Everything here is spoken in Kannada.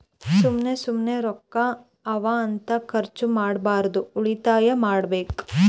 ಸುಮ್ಮ ಸುಮ್ಮನೆ ರೊಕ್ಕಾ ಅವಾ ಅಂತ ಖರ್ಚ ಮಾಡ್ಬಾರ್ದು ಉಳಿತಾಯ ಮಾಡ್ಬೇಕ್